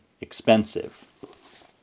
expensive